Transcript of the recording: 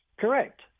Correct